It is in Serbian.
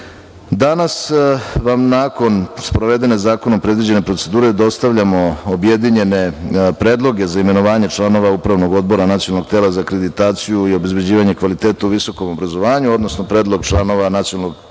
vam, nakon sprovedene zakonom predviđene procedure, dostavljamo objedinjene predloge za imenovanje članova Upravnog odbora Nacionalnog tela za akreditaciju i obezbeđivanje kvaliteta u visokom obrazovanju, odnosno predlog članova Nacionalnog